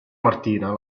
martina